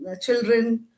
children